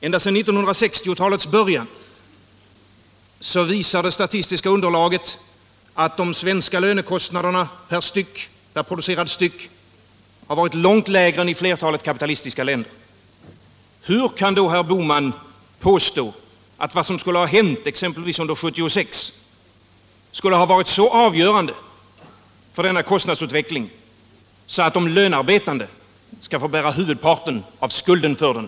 Ända sedan 1960-talets början visar det statistiska underlaget att de svenska lönekostnaderna per producerad enhet har varit långt lägre än i flertalet kapitalistiska länder. Hur kan då herr Bohman påstå att vad som hänt exempelvis under 1976 skulle ha varit så avgörande för kostnadsutvecklingen i Sverige att de lönearbetande skall få bära huvudparten av skulden för den?